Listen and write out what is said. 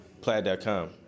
plaid.com